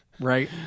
Right